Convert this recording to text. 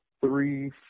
three